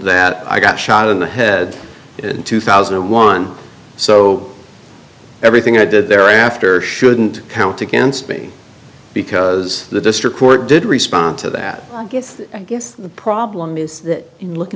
that i got shot in the head in two thousand and one so everything i did thereafter shouldn't count against me because the district court did respond to that i guess i guess the problem is that in looking